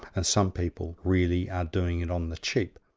and some people really are doing it on the cheap.